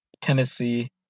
Tennessee